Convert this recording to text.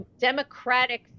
democratic